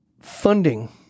funding